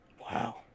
Wow